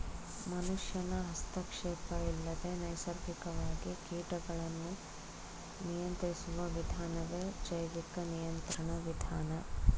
ಮನುಷ್ಯನ ಹಸ್ತಕ್ಷೇಪ ಇಲ್ಲದೆ ನೈಸರ್ಗಿಕವಾಗಿ ಕೀಟಗಳನ್ನು ನಿಯಂತ್ರಿಸುವ ವಿಧಾನವೇ ಜೈವಿಕ ನಿಯಂತ್ರಣ ವಿಧಾನ